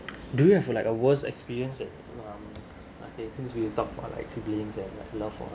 do you have like a worst experience in um okay since we talked about like siblings and love for